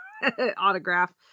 Autograph